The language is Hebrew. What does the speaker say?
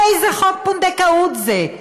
איזה חוק פונדקאות זה?